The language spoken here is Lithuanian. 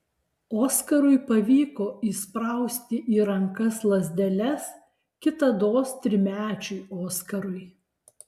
oskarui pavyko įsprausti į rankas lazdeles kitados trimečiui oskarui